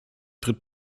tritt